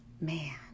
man